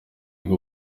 bwo